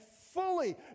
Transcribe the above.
fully